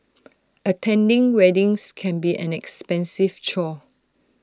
attending weddings can be an expensive chore